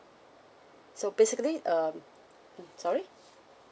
so basically um sorry